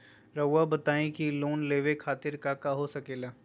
रउआ बताई की लोन लेवे खातिर काका हो सके ला?